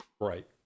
right